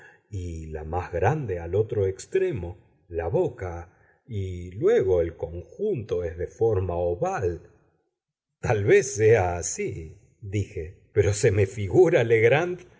y la más grande al otro extremo la boca y luego el conjunto es de forma oval tal vez sea así dije pero se me figura legrand